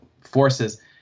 forces